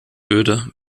würde